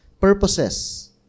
purposes